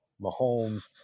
Mahomes